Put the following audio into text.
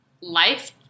life